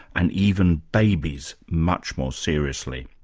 and even babies much more seriously.